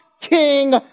king